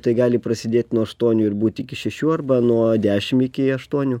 tai gali prasidėt nuo aštuonių ir būt iki šešių arba nuo dešim iki aštuonių